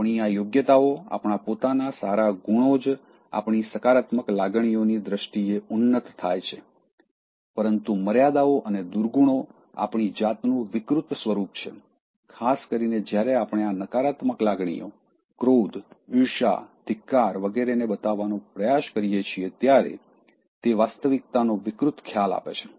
આપણી આ યોગ્યતાઓ આપણા પોતાના સારા ગુણો જ આપણી સકારાત્મક લાગણીઓની દ્રષ્ટિએ ઉન્નત થાય છે પરંતુ મર્યાદાઓ અને દુર્ગુણો આપણી જાતનું વિકૃત સ્વરૂપ છે ખાસ કરીને જ્યારે આપણે આ નકારાત્મક લાગણીઓ ક્રોધ ઈર્ષ્યા ધિક્કાર વગેરે ને બતાવવાનો પ્રયાસ કરીએ છીએ ત્યારે તે વાસ્તવિકતાનો વિકૃત ખ્યાલ આપે છે